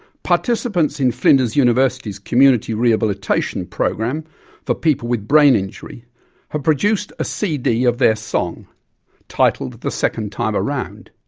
participants in flinders university's community rehabilitation program for people with brain injury have produced a cd of their song titled the second time around,